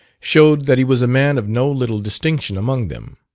showed that he was a man of no little distinction among them.